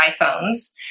iPhones